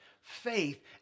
faith